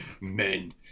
men